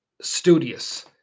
studious